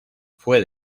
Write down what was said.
fue